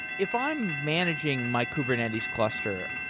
if i'm managing my kubernetes cluster,